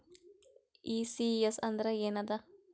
ECS ಅಂದ್ರ ಏನದ?